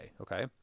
okay